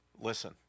Listen